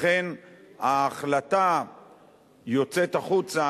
אכן, ההחלטה יוצאת החוצה.